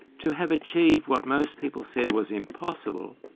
to have achieved what most people said was impossible,